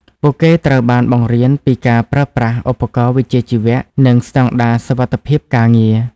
ពួកគេត្រូវបានបង្រៀនពីការប្រើប្រាស់ឧបករណ៍វិជ្ជាជីវៈនិងស្តង់ដារសុវត្ថិភាពការងារ។